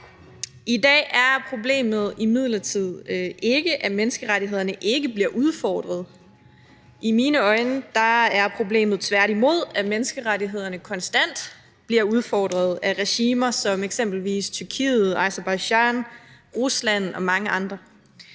I dag er problemet imidlertid ikke, at menneskerettighederne ikke bliver udfordret. I mine øjne er problemet tværtimod, at menneskerettighederne konstant bliver udfordret af regimer som eksempelvis Tyrkiet, Aserbajdsjan, Rusland og mange andre.